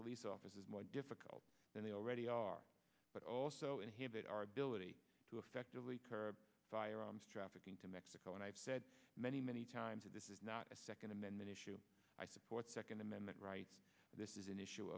police officers more difficult than they already are but also inhibit our ability to effectively curb firearms trafficking to mexico and i've said many many times that this is not a second amendment issue i support second amendment rights this is an issue